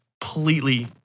completely